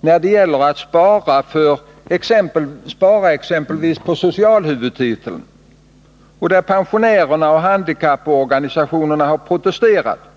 när det gäller att spara på exempelvis socialhuvudtiteln — och där pensionärerna och handikapporganisationerna har protesterat.